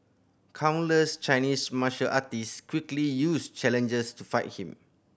countless Chinese martial artist quickly used challenges to fight him